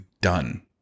done